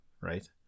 right